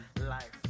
life